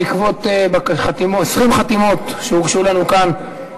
בעקבות 20 חתימות שהוגשו לנו כאן,